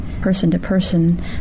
person-to-person